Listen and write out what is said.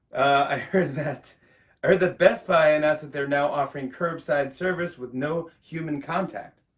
i heard that heard that best buy announced that they're now offering curbside service with no human contact.